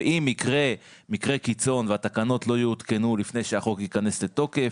אם יקרה מקרה קיצון והתקנות לא יעודכנו לפני שהחוק ייכנס לתוקף